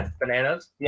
bananas